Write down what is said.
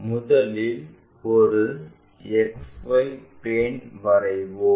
முதலில் ஒரு XY plane வரைவோம்